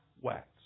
wax